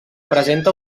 presenta